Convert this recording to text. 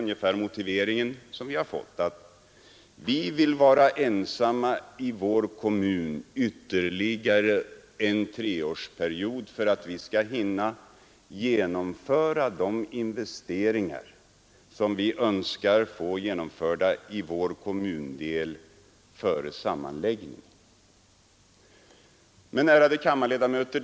En sådan motivering som vi har fått är: Vi vill vara ensamma i vår kommun ytterligare en treårsperiod för att vi skall hinna genomföra de investeringar som vi önskar få genomförda i vår kommundel före sammanläggningen. Ärade kammarledamöter!